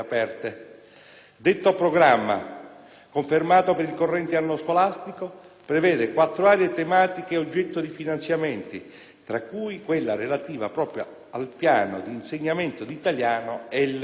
Detto programma, confermato per il corrente anno scolastico, prevede quattro aree tematiche oggetto di finanziamenti, tra cui quella relativa proprio al piano di insegnamento di italiano L2.